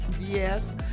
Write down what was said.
Yes